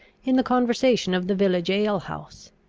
in the conversation of the village alehouse.